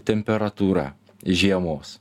temperatūra žiemos